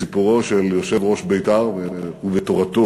בסיפורו של יושב-ראש בית"ר ובתורתו